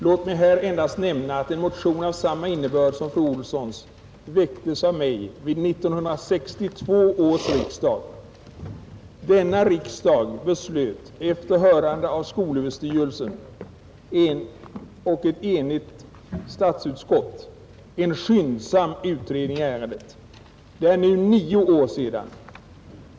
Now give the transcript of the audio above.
Låt mig här endast nämna att en motion av samma innebörd som fru Olssons väcktes av mig vid 1962 års riksdag. Denna riksdag beslöt efter hörande av skolöverstyrelsen på förslag av ett enigt statsutskott att hemställa om en skyndsam utredning i ärendet. Det är nu nio år sedan.